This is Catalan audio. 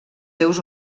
seus